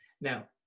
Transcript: Now